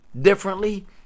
differently